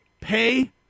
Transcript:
pay